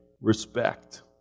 respect